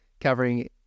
covering